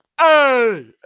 Hey